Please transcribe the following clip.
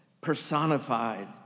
personified